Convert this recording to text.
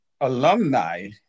alumni